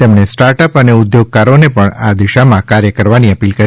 તેમણે સ્ટાર્ટઅપ અને ઉદ્યોગકારોને પણ આ દિશામાં કાર્ય કરવાની અપીલ કરી